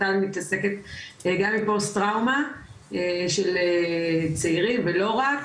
הקרן מתעסקת גם בפוסט טראומה של צעירים ולא רק,